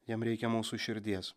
jam reikia mūsų širdies